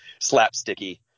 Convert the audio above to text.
slapsticky